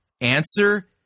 Answer